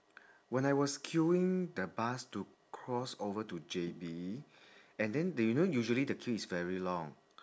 when I was queuing the bus to cross over to J_B and then they you know usually the queue is very long